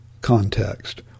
context